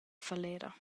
falera